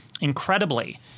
Incredibly